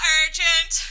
urgent